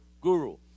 Guru